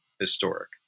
historic